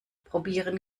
probieren